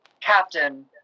Captain